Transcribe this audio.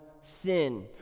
sin